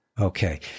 Okay